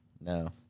No